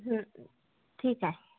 हं ठीक आहे